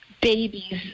babies